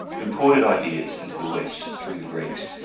imported ideas into the west through the greeks.